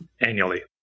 annually